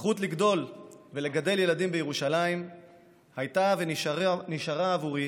הזכות לגדול ולגדל ילדים בירושלים הייתה ונשארה עבורי